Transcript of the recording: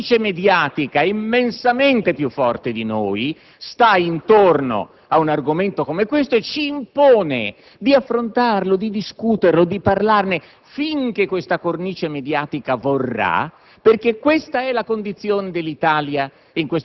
Perché non lo è, purtroppo? Perché una cornice mediatica immensamente più forte di noi sta intorno ad un argomento come questo e ci impone di affrontarlo, di discuterne, di parlarne finché questa cornice mediatica vorrà,